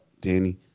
danny